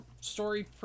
story